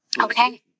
Okay